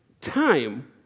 time